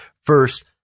First